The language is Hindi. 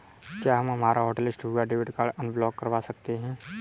क्या हम हमारा हॉटलिस्ट हुआ डेबिट कार्ड अनब्लॉक करवा सकते हैं?